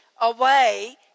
away